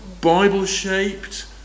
Bible-shaped